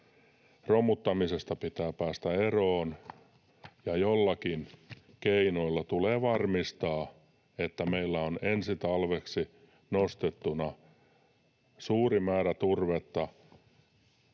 romuttamisesta pitää päästä eroon, ja joillakin keinoilla tulee varmistaa, että meillä on ensi talveksi nostettuna suuri määrä turvetta.